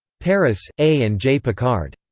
paris a. and j. picard.